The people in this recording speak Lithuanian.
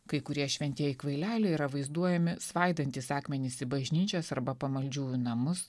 kai kurie šventieji kvaileliai yra vaizduojami svaidantys akmenis į bažnyčias arba pamaldžiųjų namus